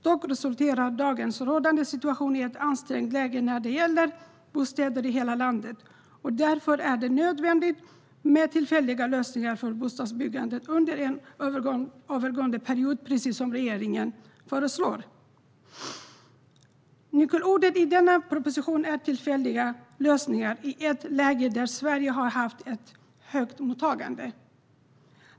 Dock resulterar dagens rådande situation i ett ansträngt läge när det gäller bostäder i hela landet, och därför är det nödvändigt med tillfälliga lösningar för bostadsbyggandet under en övergående period, precis som regeringen föreslår. Nyckelordet i denna proposition är tillfälliga lösningar i ett läge där Sverige har haft ett högt mottagande.